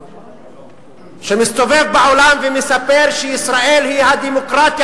שמסתובב בעולם ומספר שישראל היא הדמוקרטיה